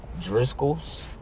Driscoll's